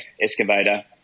excavator